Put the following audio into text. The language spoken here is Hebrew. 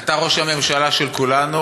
אתה ראש הממשלה של כולנו,